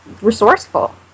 resourceful